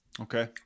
okay